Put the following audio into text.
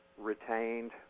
retained